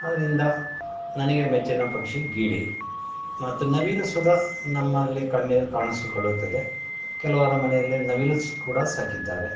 ಆದ್ದರಿಂದ ನನಗೆ ಮೆಚ್ಚಿನ ಪಕ್ಷಿ ಗಿಳಿ ಮತ್ತು ನವಿಲು ಸುದಾ ನಮ್ಮಲ್ಲಿ ಕಣ್ಣಿಗೆ ಕಾಣಿಸಿಕೊಳ್ಳುತ್ತದೆ ಕೆಲವರ ಮನೆಯಲ್ಲಿ ನವಿಲು ಕೂಡ ಸಾಕಿದ್ದಾರೆ